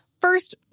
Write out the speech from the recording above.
first